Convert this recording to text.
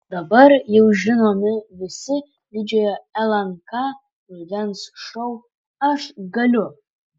dabar jau žinomi visi didžiojo lnk rudens šou aš galiu